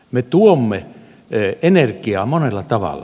me tuomme energiaa monella tavalla